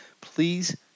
please